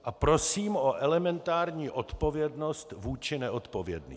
A prosím o elementární odpovědnost vůči neodpovědným.